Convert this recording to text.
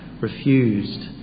refused